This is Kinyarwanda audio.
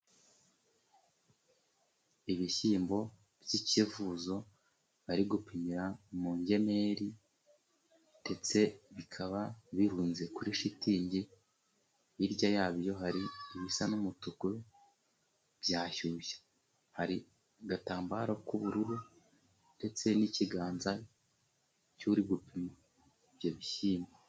Ibishyimbo by'ikivuzo ari gupimira mu ngemeri ,ndetse bikaba birunze kuri shitingi ,hirya yabyo hari ibisa n'umutuku bya shyushya, hari agatambaro k'ubururu ndetse n'ikiganza cy'uri gupima ibyo bishyimbo.